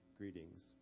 greetings